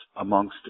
amongst